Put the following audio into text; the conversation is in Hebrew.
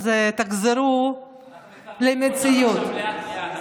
אז תחזרו למציאות.